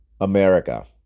America